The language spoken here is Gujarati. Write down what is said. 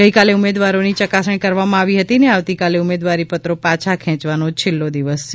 ગઇકાલે ઉમેદવારોની ચકાસણી કરવામાં આવી હતી અને આવતીકાલે ઉમેદવારીપત્રો પાછાં ખેયવાનો છેલ્લો દિવસ છે